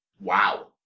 Wow